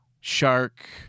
Shark